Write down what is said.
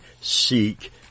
seek